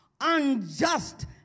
unjust